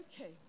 Okay